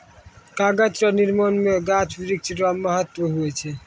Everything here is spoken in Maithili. कागज रो निर्माण मे गाछ वृक्ष रो महत्ब हुवै छै